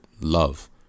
love